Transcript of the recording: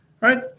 Right